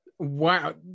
wow